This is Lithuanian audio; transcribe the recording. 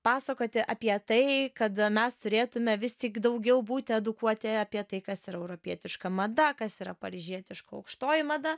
pasakoti apie tai kada mes turėtume vis tik daugiau būti edukuoti apie tai kas yra europietiška mada kas yra paryžietiška aukštoji mada